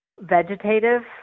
vegetative